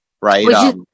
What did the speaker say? right